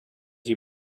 you